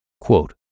Quote